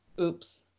Oops